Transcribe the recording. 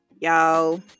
Y'all